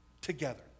Together